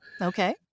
Okay